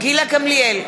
גילה גמליאל,